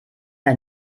der